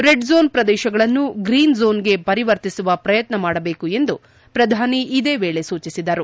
red zone ಪ್ರದೇಶಗಳನ್ನು green zone ಗೆ ಪರಿವರ್ತಿಸುವ ಪ್ರಯತ್ನಮಾಡಬೇಕು ಎಂದು ಪ್ರಧಾನಿ ಇದೇ ವೇಳೆ ಸೂಚಿಸಿದರು